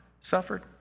suffered